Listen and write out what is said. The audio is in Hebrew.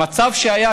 המצב שהיה,